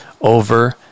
over